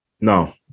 No